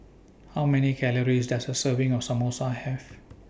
How Many Calories Does A Serving of Samosa Have